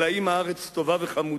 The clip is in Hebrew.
אלא אם הארץ טובה וחמודה,